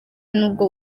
nubwo